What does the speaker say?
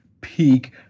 peak